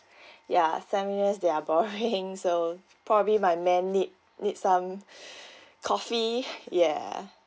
ya seminars they are boring so probably my men need need some coffee yeah